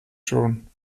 schon